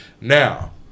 Now